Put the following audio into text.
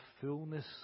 fullness